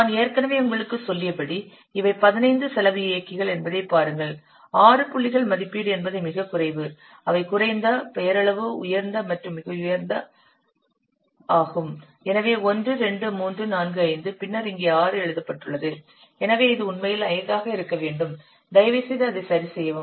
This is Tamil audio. நான் ஏற்கனவே உங்களுக்குச் சொல்லியபடி இவை 15 செலவு இயக்கிகள் என்பதைப் பாருங்கள் ஆறு புள்ளிகள் மதிப்பீடு என்பது மிகக் குறைவு அவை குறைந்த பெயரளவு உயர்ந்த மற்றும் மிக உயர்ந்தது ஆகும் எனவே 1 2 3 4 5 பின்னர் இங்கே ஆறு எழுதப்பட்டுள்ளது எனவே இது உண்மையில் ஐந்து ஆக இருக்க வேண்டும் தயவுசெய்து அதை சரிசெய்யவும்